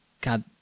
God